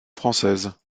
française